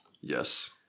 Yes